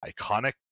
iconic